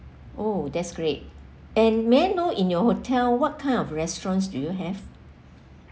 oh that's great and may I know in your hotel what kind of restaurants do you have